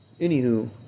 Anywho